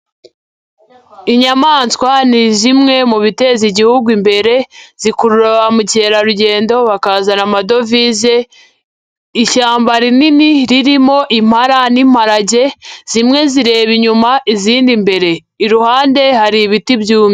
Inyamaswa ni zimwe mu biteza Igihugu imbere zikurura ba mukerarugendo bakazana amadovize, ishyamba rinini ririmo impala n'imparage zimwe zireba inyuma izindi imbere, iruhande hari ibiti byumye.